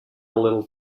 little